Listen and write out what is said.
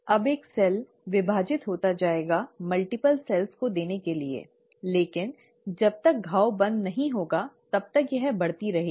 अब एक कोशिका विभाजित होता जाएगा मल्टीपल कोशिकाओं को देने के लिए लेकिन जब तक घाव बंद नहीं होगा तब तक यह बढ़ती रहेगी